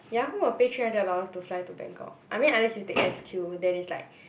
ya who will pay three hundred dollars to fly to Bangkok I mean unless you take S_Q then it's like